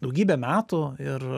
daugybę metų ir